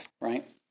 right